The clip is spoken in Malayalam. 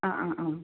ആ ആ ആ